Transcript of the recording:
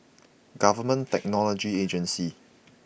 Government Technology Agency